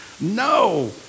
No